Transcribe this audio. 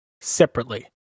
separately